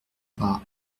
pas